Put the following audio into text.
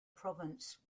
province